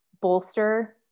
bolster